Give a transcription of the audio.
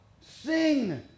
Sing